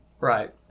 Right